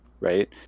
right